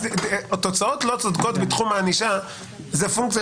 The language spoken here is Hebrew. תוצאות לא צודקות בתחום הענישה זה פונקציה